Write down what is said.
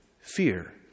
fear